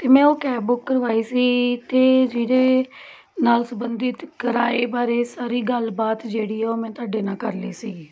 ਅਤੇ ਮੈਂ ਉਹ ਕੈਬ ਬੁੱਕ ਕਰਵਾਈ ਸੀ ਅਤੇ ਜਿਹਦੇ ਨਾਲ ਸੰਬੰਧਿਤ ਕਿਰਾਏ ਬਾਰੇ ਸਾਰੀ ਗੱਲਬਾਤ ਜਿਹੜੀ ਆ ਉਹ ਮੈਂ ਤੁਹਾਡੇ ਨਾਲ ਕਰ ਲਈ ਸੀਗੀ